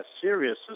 serious